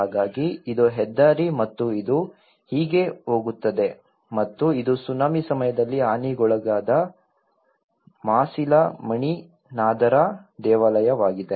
ಹಾಗಾಗಿ ಇದು ಹೆದ್ದಾರಿ ಮತ್ತು ಇದು ಹೀಗೆ ಹೋಗುತ್ತದೆ ಮತ್ತು ಇದು ಸುನಾಮಿ ಸಮಯದಲ್ಲಿ ಹಾನಿಗೊಳಗಾದ ಮಾಸಿಲಮಣಿ ನಾಧರ ದೇವಾಲಯವಾಗಿದೆ